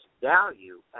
value